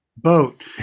Boat